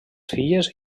filles